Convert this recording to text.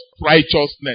righteousness